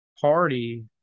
Party